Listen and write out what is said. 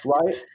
right